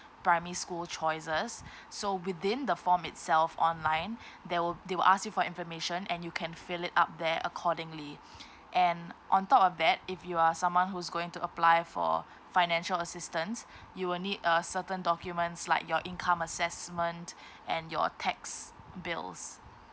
primary school choices so within the form itself online they will they will ask you for information and you can fill it up there accordingly and on top of that if you are someone who's going to apply for financial assistance you will need uh certain documents like your income assessment and your tax bills